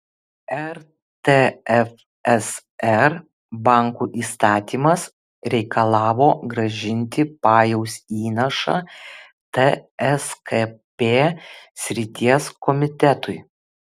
rtfsr bankų įstatymas reikalavo grąžinti pajaus įnašą tskp srities komitetui